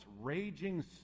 raging